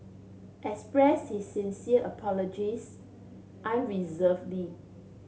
express his sincere apologies unreservedly